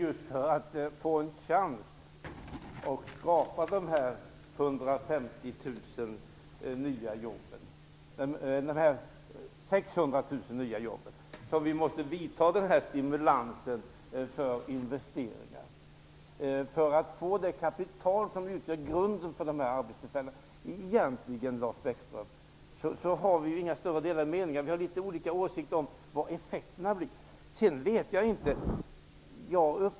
Herr talman! Det är just för att få en chans att skapa de 600 000 nya jobben som vi måste vidta dessa stimulerande åtgärder för investeringar och för att få det kapital som utgör grunden för de arbetstillfällena. Egentligen, Lars Bäckström, har vi inte så skilda meningar i den här frågan. Vi har olika åsikt om vilka effekterna blir.